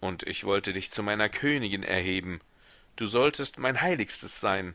und ich wollte dich zu meiner königin erheben du solltest mein heiligstes sein